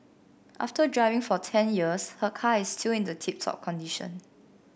after driving for ten years her car is still in the tip top condition